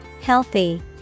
Healthy